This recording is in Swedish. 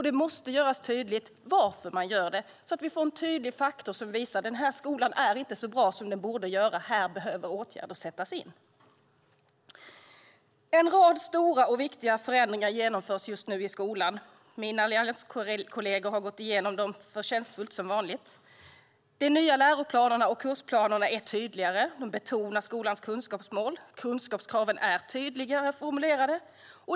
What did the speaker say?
Det måste göras tydligt varför man gör det, så att vi får en tydlig faktor som visar vilka skolor som inte är så bra som de borde vara och var åtgärder behöver sättas in. En rad stora och viktiga förändringar genomförs just nu i skolan. Mina allianskolleger har som vanligt gått igenom dem förtjänstfullt. De nya läroplanerna och kursplanerna är tydligare. De betonar skolans kunskapsmål. Kunskapskraven är tydligare formulerade.